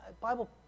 Bible